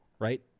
right